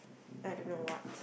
I don't know what